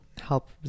help